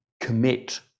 commit